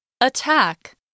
Attack